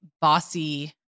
bossy